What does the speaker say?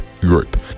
group